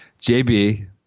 JB